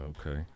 Okay